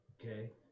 Okay